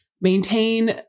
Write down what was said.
maintain